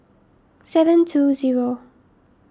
seven two zero